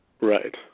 Right